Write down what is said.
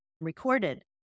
recorded